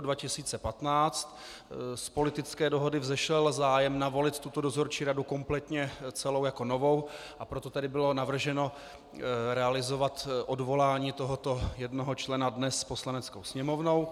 Z politické dohody vzešel zájem navolit tuto dozorčí radu kompletně celou jako novou, a proto bylo navrženo realizovat odvolání tohoto jednoho člena dnes Poslaneckou sněmovnou.